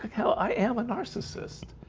hell i am a narcissist.